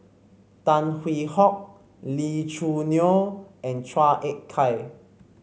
Tan Hwee Hock Lee Choo Neo and Chua Ek Kay